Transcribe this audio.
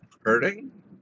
hurting